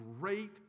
great